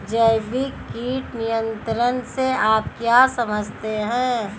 जैविक कीट नियंत्रण से आप क्या समझते हैं?